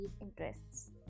interests